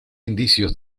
indicios